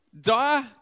Die